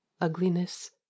ugliness